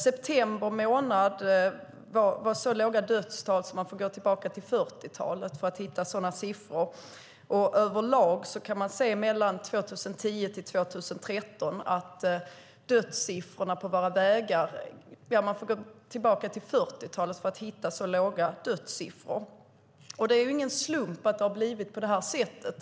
September månad var det så låga dödstal att man får gå tillbaka till 40-talet för att hitta sådana siffror. Överlag var dödssiffrorna gällande olyckor på våra vägar mellan 2010 och 2013 så låga att man får gå tillbaka till 40-talet för att hitta så låga siffror. Det är ingen slump att det har blivit på det sättet.